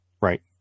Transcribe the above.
right